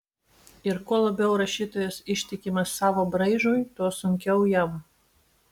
ir kuo labiau rašytojas ištikimas savo braižui tuo sunkiau jam